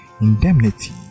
indemnity